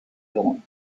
alone